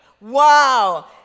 Wow